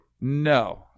No